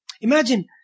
Imagine